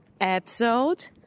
episode